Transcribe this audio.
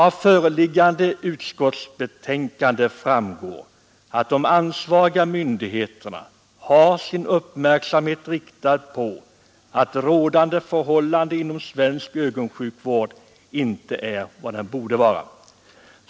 Av föreliggande utskottsbetänkande framgår att de ansvariga myndigheterna har uppmärksammat att rådande förhållanden inom svensk ögonsjukvård inte är vad de borde vara.